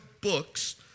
books